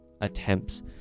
attempts